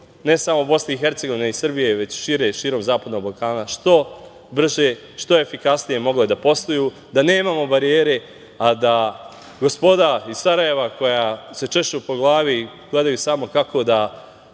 ne samo BiH i Srbije, već šire, širom Zapadnog Balkana što brže, što efikasnije mogle da posluju, da nemamo barijere a da gospoda iz Sarajeva koja se češe po glavi i gledaju samo kako da